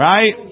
Right